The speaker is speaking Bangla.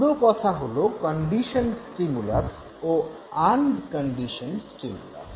পুরো কথা হল কন্ডিশনড স্টিমুলাস ও আনকন্ডিশনড স্টিমুলাস